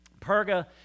Perga